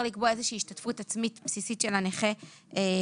לקבוע איזה שהיא השתתפות עצמית בסיסית של הנכה בתקנות.